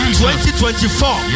2024